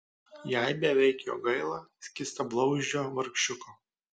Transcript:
jai beveik jo gaila skystablauzdžio vargšiuko